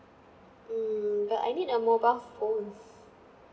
mm but I need a mobile phone